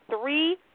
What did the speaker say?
three